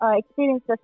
experience